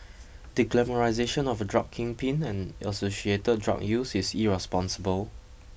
the glamorisation of a drug kingpin and associated drug use is irresponsible